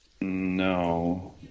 No